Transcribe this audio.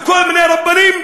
לכל מיני רבנים,